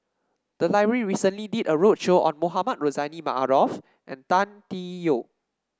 the library recently did a roadshow on Mohamed Rozani Maarof and Tan Tee Yoke